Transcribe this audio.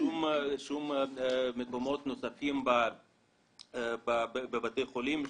שום מקומות נוספים בבתי חולים,